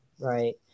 right